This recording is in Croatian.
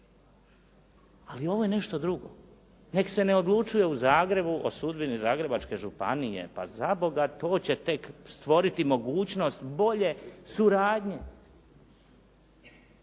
Ali ovo je nešto drugo. Nek se ne odlučuje u Zagrebu o sudbini Zagrebačke županije. Pa za Boga, to će tek stvorit mogućnost bolje suradnje.